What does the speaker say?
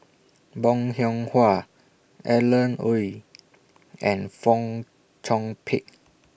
Bong Hiong Hwa Alan Oei and Fong Chong Pik